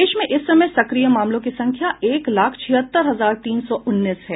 देश में इस समय सक्रिय मामलों की संख्या एक लाख छिहत्तर हजार तीन सौ उन्नीस है